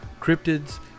cryptids